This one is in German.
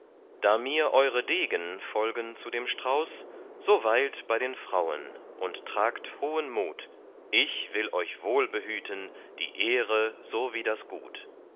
da mir eure degen folgen zu dem strauß so weilt bei den frauen und tragt hohen mut ich will euch wohl behüten die ehre so wie das gut